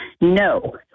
no